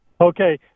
Okay